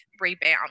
rebound